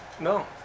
No